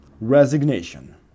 Resignation